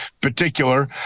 particular